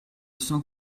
sens